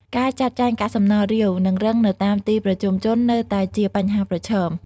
ការចាត់ចែងកាកសំណល់រាវ និងរឹងនៅតាមទីប្រជុំជននៅតែជាបញ្ហាប្រឈម។